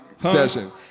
session